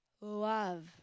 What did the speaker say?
love